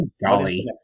Golly